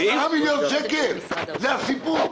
עשרה מיליון שקל, זה הסיפור?